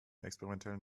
experimentellen